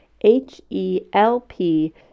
H-E-L-P